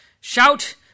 Shout